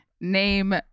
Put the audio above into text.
Name